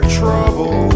trouble